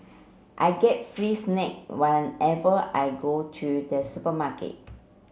I get free snack whenever I go to the supermarket